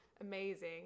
amazing